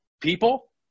people